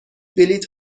بلیط